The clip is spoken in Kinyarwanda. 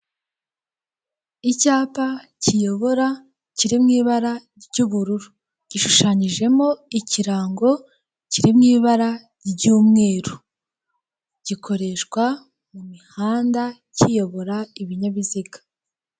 Icyapa kiyobora kiri mu ibara ry'ubururu. Gishushanyijemo ikirango kiri mu ibara ry'umweru. Gikoreshwa mu mihanda kiyobora ibinyabiziga.